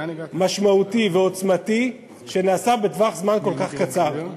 משמעותי ועוצמתי שנעשה בטווח זמן כל כך קצר.